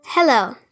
Hello